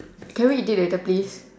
can we eat it later please